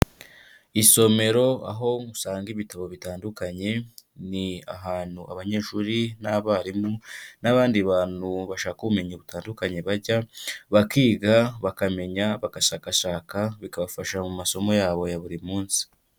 Isomero aho usanga ibitabo bitandukanye, ni ahantu abanyeshuri n'abarimu n'abandi bantu bashaka ubumenyi butandukanye bajya bakiga bakamenya, bagashakashaka bikabafasha mu masomo yabo ya buri munsi.